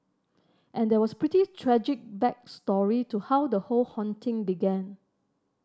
and there was pretty tragic back story to how the whole haunting began